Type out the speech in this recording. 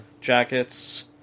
jackets